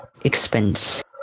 expense